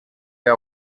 der